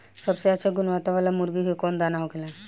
सबसे अच्छा गुणवत्ता वाला मुर्गी के कौन दाना होखेला?